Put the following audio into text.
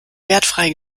wertfrei